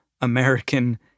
American